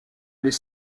les